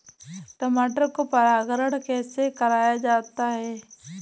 मटर को परागण कैसे कराया जाता है?